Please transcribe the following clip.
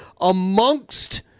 amongst